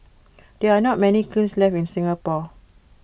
there are not many kilns left in Singapore